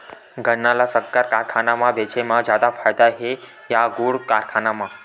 गन्ना ल शक्कर कारखाना म बेचे म जादा फ़ायदा हे के गुण कारखाना म?